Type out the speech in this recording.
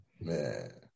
Man